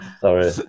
Sorry